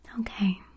Okay